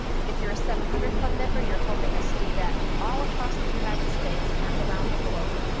if you're a seven hundred club member, you're helping us do that all across the united states and around the globe.